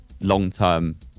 Long-term